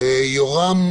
יורם